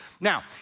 now